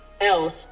else